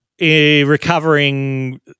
recovering